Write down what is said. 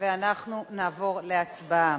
אנחנו נעבור להצבעה.